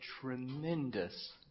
tremendous